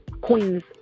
Queens